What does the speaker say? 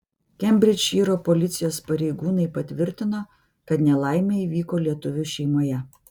kembridžšyro policijos pareigūnai patvirtino kad nelaimė įvyko lietuvių šeimoje